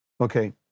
Okay